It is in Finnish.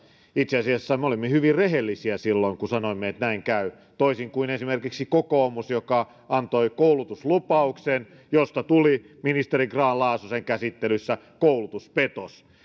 itse asiassa me olimme hyvin rehellisiä silloin kun sanoimme että näin käy toisin kuin esimerkiksi kokoomus joka antoi koulutuslupauksen josta tuli ministeri grahn laasosen käsittelyssä koulutuspetos